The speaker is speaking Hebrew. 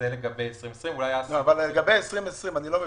זה לגבי 2020. אני לא מבין.